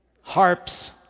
harps